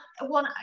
one